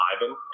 Ivan